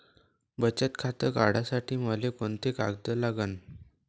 बचत खातं काढासाठी मले कोंते कागद लागन?